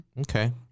Okay